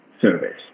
service